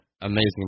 amazing